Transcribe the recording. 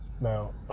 Now